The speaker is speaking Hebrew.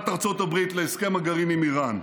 ארצות הברית להסכם הגרעין עם איראן.